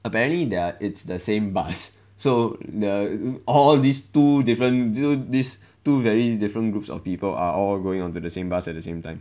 apparently they are it's the same bus so the all these two different so these two very different groups of people are all going onto the same bus at the same time